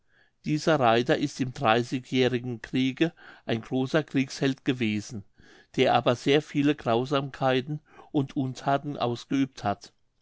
dieser reiter ist im dreißigjährigen kriege ein großer kriegsheld gewesen der aber sehr viele grausamkeiten und unthaten ausgeübt hat